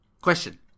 question